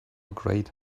great